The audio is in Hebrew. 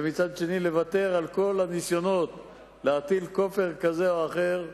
ומצד שני לוותר על כל הניסיונות להטיל כופר כזה או אחר.